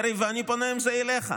יריב, אני פונה עם זה אליך.